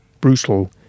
brutal